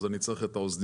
אז אני צריך את האוזניות,